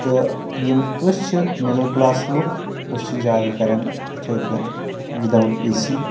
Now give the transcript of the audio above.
تہٕ یِم أسۍ چھِ مِڈل کٔلاس لُکھ أسی چھِ زیادٕ کران اِتھے کٔنۍ وِداوُٹ ای سی